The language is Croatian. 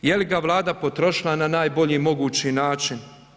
Je li ga Vlada potrošila na najbolji mogući način?